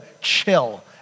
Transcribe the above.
chill